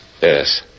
Yes